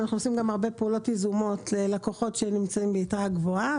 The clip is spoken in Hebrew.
אנחנו עושים גם הרבה פעולות יזומות ללקוחות שנמצאים ביתרה גבוהה,